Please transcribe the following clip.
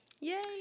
Yay